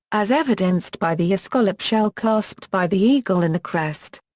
as evidenced by the escallop shell clasped by the eagle in the crest.